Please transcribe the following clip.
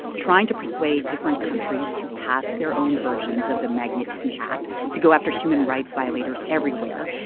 trying to persuade different countries to pass their own versions of the magnitsky act to go after human rights violators everywhere.